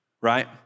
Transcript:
right